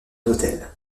hôtel